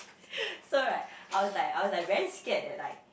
so right I was like I was like very scared that I